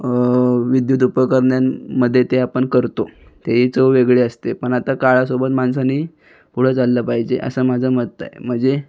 विद्द्युत उपकरणांमध्ये ते आपण करतो त्याची चव वेगळी असते पण आता काळासोबत माणसांनी पुढं चाललं पाहिजे असं माझं मत आहे म्हणजे